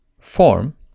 form